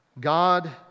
God